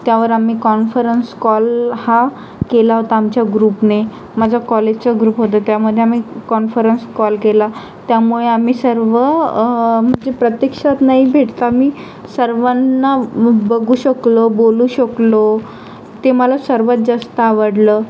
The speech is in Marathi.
त्यावर आम्ही कॉन्फरन्स कॉल हा केला होता आमच्या ग्रुपने माझ्या कॉलेजचं ग्रुप होतं त्यामध्ये आम्ही कॉन्फरन्स कॉल केला त्यामुळे आम्ही सर्व जे प्रत्यक्षात नाही भेटत आम्ही सर्वांना बघू शकलो बोलू शकलो ते मला सर्वात जास्त आवडलं